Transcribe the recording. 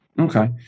Okay